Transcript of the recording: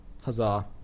Huzzah